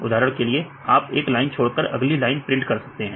उदाहरण के लिए आप एक लाइन छोड़कर अगली लाइन प्रिंट कर सकते हैं